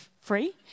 free